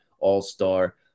all-star